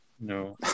No